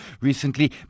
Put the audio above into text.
recently